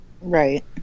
right